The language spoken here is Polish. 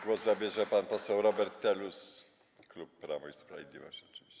Głos zabierze pan poseł Robert Telus, klub Prawo i Sprawiedliwość oczywiście.